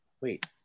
wait